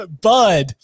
Bud